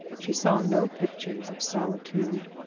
she saw no pictures of solitude,